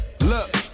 Look